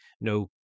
no